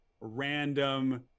random